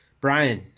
Brian